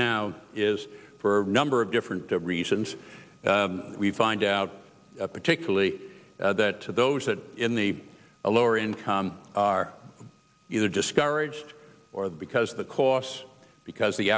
now is for a number of different reasons we find out particularly that to those that in the lower income are either discover aged or because the costs because the